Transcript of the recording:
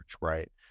right